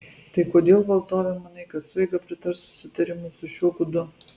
tai kodėl valdove manai kad sueiga pritars susitarimui su šiuo gudu